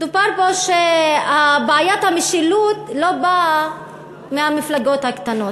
שבעיית המשילות לא באה מהמפלגות הקטנות,